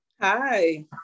Hi